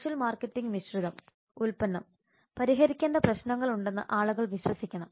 social marketing മിശ്രിതം ഉൽപ്പന്നം പരിഹരിക്കേണ്ട പ്രശ്നങ്ങൾ ഉണ്ടെന്ന് ആളുകൾ വിശ്വസിക്കണം